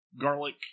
garlic